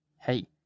Hey